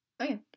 Okay